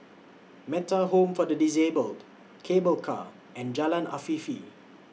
Metta Home For The Disabled Cable Car and Jalan Afifi